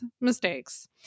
mistakes